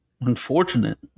Unfortunate